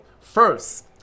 first